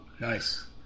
Nice